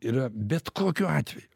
yra bet kokiu atveju